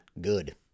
good